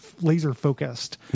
laser-focused